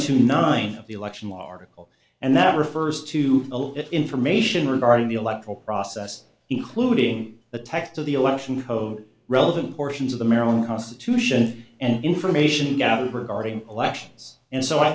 two nine of the election law article and that refers to a little bit information regarding the electoral process including the text of the election code relevant portions of the maryland constitution and information gathered regarding elections and so i